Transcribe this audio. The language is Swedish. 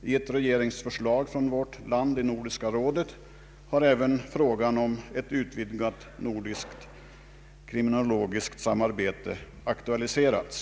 I ett regeringsförslag från vårt land i Nordiska rådet har även frågan om ett utvidgat nordiskt kriminologiskt samarbete aktualiserats.